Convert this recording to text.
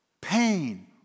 Pain